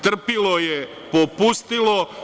Trpilo je popustilo.